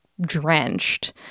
drenched